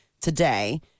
today